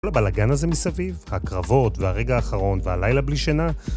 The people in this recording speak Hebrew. כל הבלאגן הזה מסביב, הקרבות והרגע האחרון והלילה בלי שינה